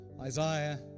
Isaiah